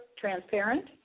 transparent